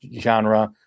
genre